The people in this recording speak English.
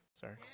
Sorry